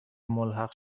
ملحق